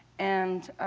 and